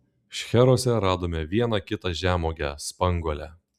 šcheruose radome vieną kitą žemuogę spanguolę